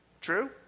True